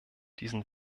diesen